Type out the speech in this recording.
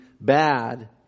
bad